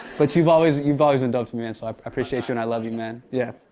but you've always you've always been dope to me and so i appreciate you and i love you, man. yeah.